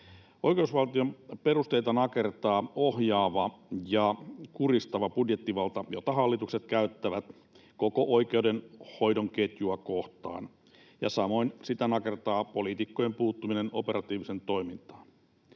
Oikeusvaltion perusteita nakertaa ohjaava ja kuristava budjettivalta, jota hallitukset käyttävät koko oikeudenhoidon ketjua kohtaan. Samoin sitä nakertaa poliitikkojen puuttuminen operatiiviseen toimintaan.